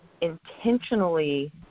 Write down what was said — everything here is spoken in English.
intentionally